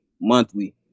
monthly